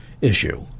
issue